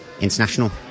international